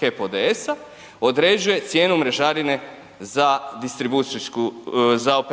HEP od ODS-a određuje cijenu mrežarine za distribucijsku, za